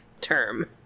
term